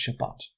Shabbat